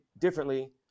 differently